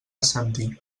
assentir